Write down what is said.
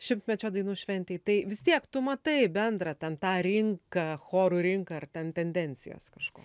šimtmečio dainų šventei tai vis tiek tu matai bendrą ten tą rinką chorų rinką ar ten tendencijos kažko